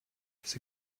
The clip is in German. sie